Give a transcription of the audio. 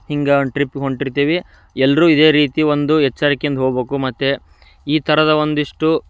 ಹಿಂಗೆ ಒಂದು ಟ್ರಿಪ್ಗೆ ಹೊರ್ಟಿರ್ತೀವಿ ಎಲ್ಲರೂ ಇದೇ ರೀತಿ ಒಂದು ಎಚ್ಚರಿಕೆಯಿಂದ ಹೋಗ್ಬೇಕು ಮತ್ತು ಈ ಥರದ ಒಂದಿಷ್ಟು